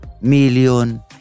million